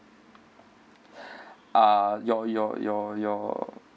uh your your your your